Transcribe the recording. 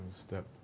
step